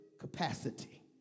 capacity